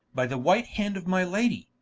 by the white hand of my lady,